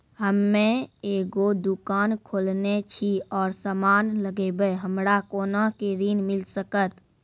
हम्मे एगो दुकान खोलने छी और समान लगैबै हमरा कोना के ऋण मिल सकत?